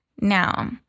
Now